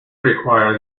require